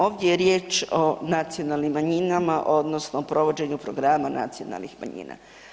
Ovdje je riječ o nacionalnim manjinama, odnosno provođenju programa nacionalnih manjina.